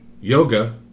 yoga